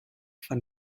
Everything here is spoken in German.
von